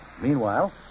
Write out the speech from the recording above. Meanwhile